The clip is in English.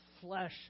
flesh